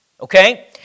okay